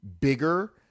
bigger